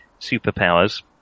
superpowers